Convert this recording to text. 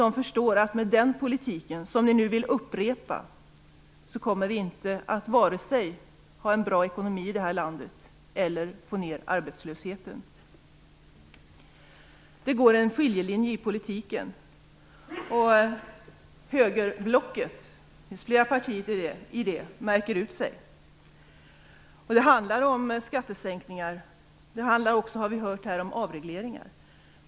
De förstår att med den politik som ni nu vill upprepa kommer vi varken att ha en bra ekonomi i det här landet eller att få ned arbetslösheten. Det går en skiljelinje i politiken. Högerblocket - det finns flera partier i det - märker ut sig. Det handlar om skattesänkningar. Det handlar också om avregleringar. Det har vi hört här.